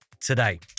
today